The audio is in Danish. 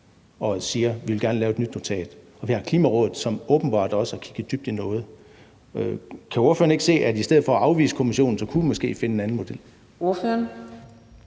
og siger, at de gerne vil lave et nyt notat, og vi har Klimarådet, som åbenbart også er dybt involveret. Kan ordføreren ikke se, at i stedet for at afvise en kommission, kunne vi måske finde en anden model?